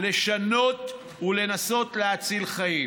לשנות ולנסות להציל חיים.